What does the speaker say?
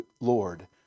Lord